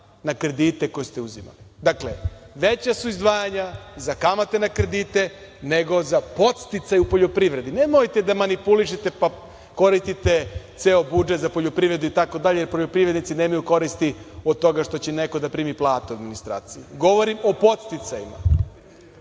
na kredite koje ste uzimali. Dakle, veća su izdvajanja za kamate na kredite nego za podsticaj u poljoprivredi. Nemojte da manipulišete pa koristite ceo budžet za poljoprivredu i tako dalje, jer poljoprivrednici nemaju korist od toga što će neko da primi platu u administraciji. Govorim o podsticajima.